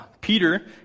Peter